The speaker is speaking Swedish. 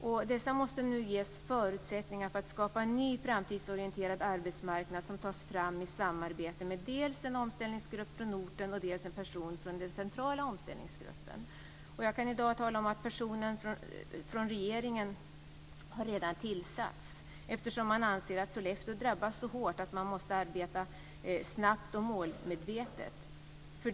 Dessa orter måste nu ges förutsättningar för att skapa en ny framtidsorienterad arbetsmarknad som tas fram i samarbete med dels en omställningsgrupp från orten, dels en person från den centrala omställningsgruppen. Jag kan i dag tala om att den av regeringen utsedda personen redan har tillsatts. Anledningen till det är att man anser att Sollefteå drabbas så hårt att man måste arbeta snabbt och målmedvetet.